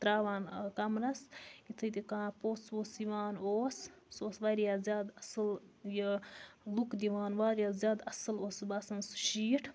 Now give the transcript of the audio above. تراوان کَمرَس یُتھُے تہِ کانٛہہ پوٚژھ ووٚژھ یِوان اوس سُہ اوس واریاہ زیادٕ اصل یہِ لُک دِوان واریاہ زیادٕ اصل اوس باسان سُہ شیٖٹ